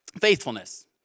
faithfulness